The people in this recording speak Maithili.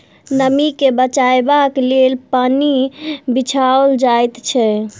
नमीं के बचयबाक लेल पन्नी बिछाओल जाइत छै